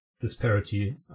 disparity